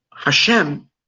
Hashem